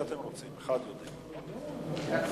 חוק משק הדלק (קידום התחרות)